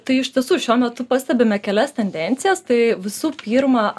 tai iš tiesų šiuo metu pastebime kelias tendencijas tai visų pirma